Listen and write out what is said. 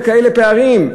בכאלה פערים.